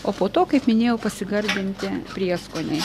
o po to kaip minėjau pasigardinti prieskoniais